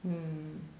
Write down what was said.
mm